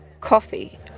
coffee